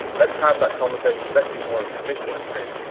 and let's have that conversation. let's be more efficient. that's great.